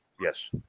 Yes